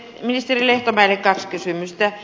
ministeri lehtomäelle kaksi kysymystä